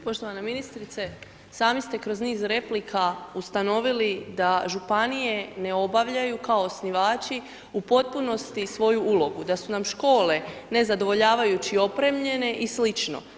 Poštovana ministrice, sami ste kroz niz replika ustanovili da županije ne obavljaju kao osnivači u potpunosti svoju ulogu, da su nam škole nezadovoljavajući opremljene i slično.